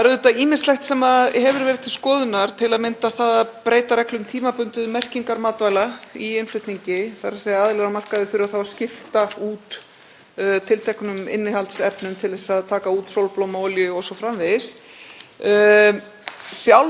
tilteknum innihaldsefnum til að taka út sólblómaolíu o.s.frv. Sjálf hef ég hvatt bændur til að hefja byggræktun, ég held að það sé gríðarlega mikilvægt og ég held að við getum gert miklu betur þar.